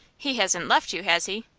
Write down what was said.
he hasn't left you, has he?